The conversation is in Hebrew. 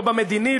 לא במדיני,